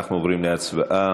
אנחנו עוברים להצבעה.